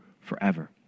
forever